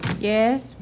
Yes